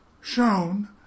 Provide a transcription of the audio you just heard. shown